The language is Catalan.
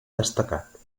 destacat